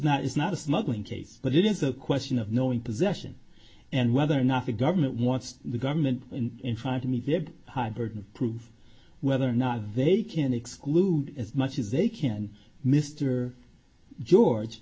not is not a smuggling case but it is a question of knowing possession and whether nothing government wants the government in trying to meet their high burden of proof whether or not they can exclude as much as they can mr george